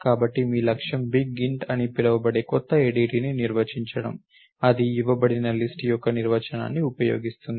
కాబట్టి మీ లక్ష్యం బిగ్ ఇంట్ అని పిలువబడే కొత్త ADTని నిర్వచించడం ఇది ఇవ్వబడిన లిస్ట్ యొక్క నిర్వచనాన్ని ఉపయోగిస్తుంది